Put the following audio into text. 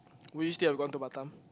would you still have gone to Batam